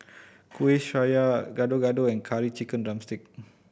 Kueh Syara Gado Gado and Curry Chicken drumstick